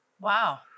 Wow